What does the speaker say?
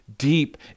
deep